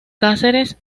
cáceres